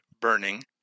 burning